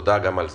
תודה גם על זה,